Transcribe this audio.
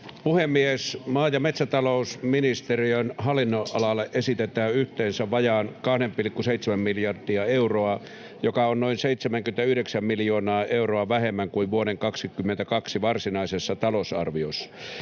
puhemies! Maa- ja metsäta-lousministeriön hallinnonalalle esitetään yhteensä vajaa 2,7 miljardia euroa, joka on noin 79 miljoonaa euroa vähemmän kuin vuoden 22 varsinaisessa talousarviossa.